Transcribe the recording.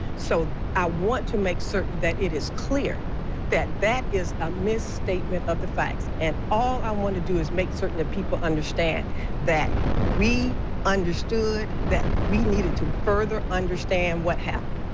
so i want to make certain that it is clear that that is a misstatement of the facts, and all i want to do is make certain that people understand that we understood that we needed to further understand what happened.